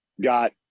got